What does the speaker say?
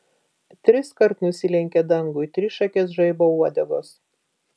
triskart nusilenkė dangui trišakės žaibo uodegos